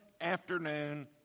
afternoon